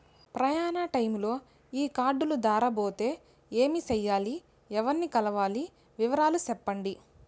ప్రయాణ టైములో ఈ కార్డులు దారబోతే ఏమి సెయ్యాలి? ఎవర్ని కలవాలి? వివరాలు సెప్పండి?